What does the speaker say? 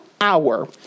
hour